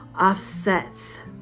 offsets